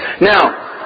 now